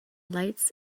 lights